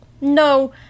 no